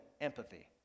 empathy